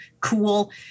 cool